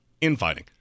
infighting